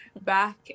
back